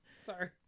Sorry